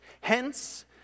Hence